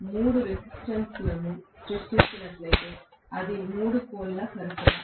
నేను మూడు రెసిస్టెన్స్ లను సృష్టించినట్లయితే అది మూడు పోల్ ల సరఫరా